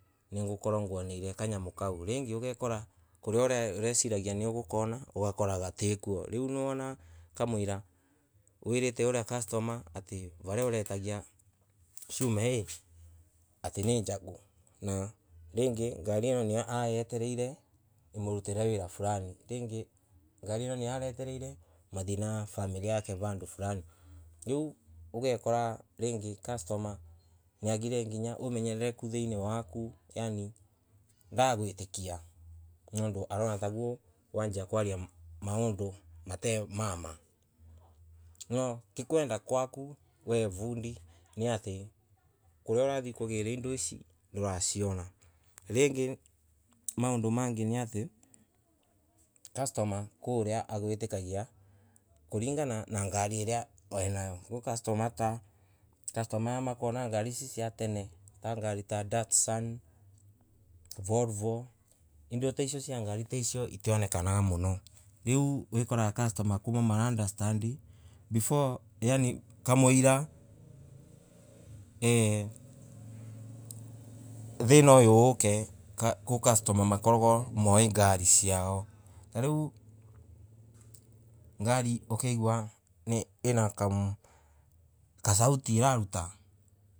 Ningukarwo ngureire kanyamo kau, rangay ugekora kuria ureciragia niyokwona ugakora gatikuo riu nwona kamwira wirite uria customer ati varia urotagia chuma aaah ati ninjagu na ringi ngari ani niyo aragitereire imarutare wira flani rongay ngari ino niyo aretereire mathia na family yake vando Fulani riu ugekora rangay customer ni agire umenyerereku thainay waka yaani ndaragwi. Tikia nondo akona taguo wanjia kwaria maondo matemama, nona ti kwenda Kwaku we vundi ni ati, kuria urathii kugara indo ici ndurasiona ringi maodno mengi ni ati customer kuria agwitagia kuringana na ngari iria eeh nayo koguo customer aya makoragwo na ngari siatene ta ngari ta daktan, volvo indo ta iciocia ngari ta isio itinekaga, muno, riu wikoraga kuma maunderstandi before yaani kamuira eeh thina uyo kwi customer makoragwo moi ngari ciao tariu ngari okaigua eeh ina kamasauti iraruta.